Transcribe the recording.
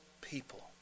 people